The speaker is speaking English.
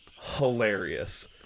hilarious